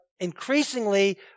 increasingly